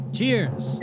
Cheers